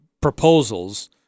proposals